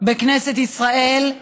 בכנסת ישראל,